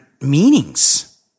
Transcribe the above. meanings